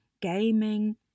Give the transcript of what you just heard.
gaming